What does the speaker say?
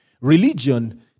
Religion